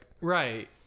Right